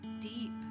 deep